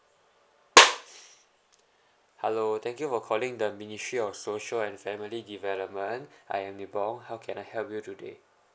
hello thank you for calling the ministry of social and family development I am nee bong how can I help you today